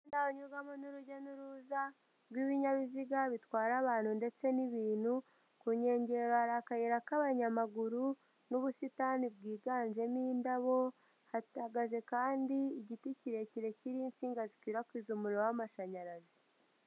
Umuhanda unyurwamo n'urujya n'uruza rw'ibinyabiziga bitwara abantu ndetse n'ibintu, ku nkengero hari akayira k'abanyamaguru n'ubusitani bwiganjemo indabo, hahagaze kandi igiti kirekire, cy'iriho insinga zikwirakwiza umuriro w'amashanyarazi.